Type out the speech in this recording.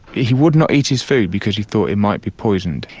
he would not eat his food because he thought it might be poisoned.